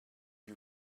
and